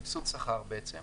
סבסוד שכר בעצם.